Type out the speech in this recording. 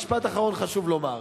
משפט אחרון חשוב לומר.